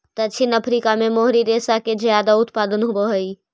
दक्षिण अफ्रीका में मोहरी रेशा के ज्यादा उत्पादन होवऽ हई